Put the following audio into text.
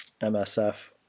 MSF